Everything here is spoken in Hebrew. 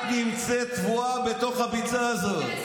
את נמצאת טבועה בתוך הביצה הזאת,